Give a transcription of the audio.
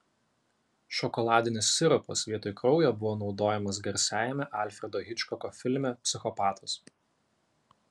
šokoladinis sirupas vietoj kraujo buvo naudojamas garsiajame alfredo hičkoko filme psichopatas